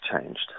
changed